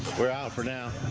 we're out for now.